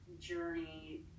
journey